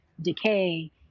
decay